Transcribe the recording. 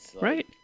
Right